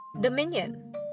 Dominion